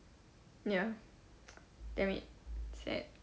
ya damn it sad